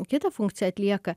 kitą funkciją atlieka